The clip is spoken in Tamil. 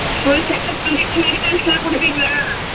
ஃபுல் செக்கப் பண்ணிவிட்டு மெடிசன்ஸ்ஸெலாம் கொடுப்பீங்களா